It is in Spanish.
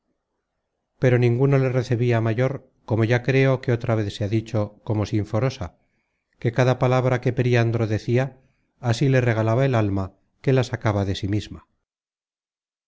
pero ninguno le recebia mayor como ya creo que otra vez se ha dicho como sinforosa que cada palabra que periandro decia así le regalaba el alma que la sacaba de sí misma